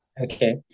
Okay